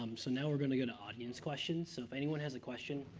um so now we're going to go to audience questions. so if anyone has a question,